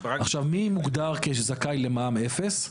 עכשיו, מי מוגדר כזכאי למע"מ אפס?